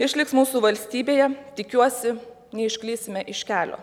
išliks mūsų valstybėje tikiuosi neišklysime iš kelio